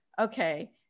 Okay